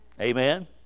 amen